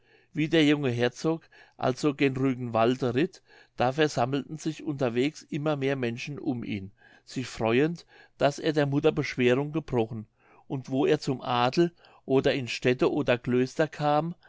wie der junge herzog also gen rügenwalde ritt da versammelten sich unterwegs immer mehr menschen um ihn sich freuend daß er der mutter beschwerung gebrochen und wo er zum adel oder in städte oder klöster kam